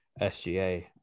SGA